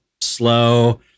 slow